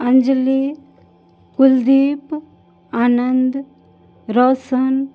Anjali Kuldeep Anand Raushan